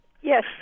yes